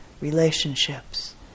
relationships